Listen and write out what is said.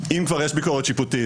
אם כבר יש ביקורת שיפוטית,